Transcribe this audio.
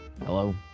Hello